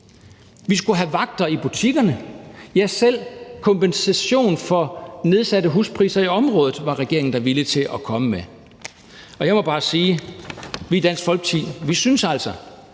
De skulle have vagter i butikkerne; ja, selv kompensation for nedsatte huspriser i området var regeringen da villig til at komme med. Jeg må bare sige, at vi i Dansk Folkeparti altså